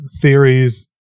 Theories